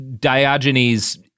Diogenes